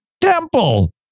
temple